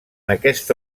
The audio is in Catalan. aquesta